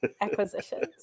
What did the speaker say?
acquisitions